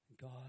God